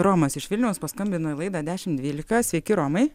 romas iš vilniaus paskambino į laidą dešim dvylika sveiki romai